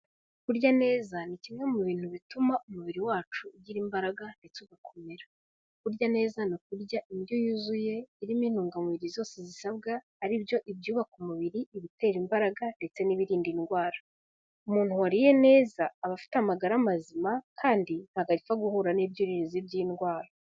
Kurya neza, ni kimwe mu bintu bituma umubiri wacu ugira imbaraga ndetse ugakomera. Kurya neza ni ukurya indyo yuzuye irimo intungamubiri zose zisabwa, aribyo ibyubaka umubiri, ibitera imbaraga, ndetse n'ibirinda indwara. Umuntu wariye neza aba afite amagara mazima, kandi ntabwo apfa guhura n'ibyuririzi by'indwara.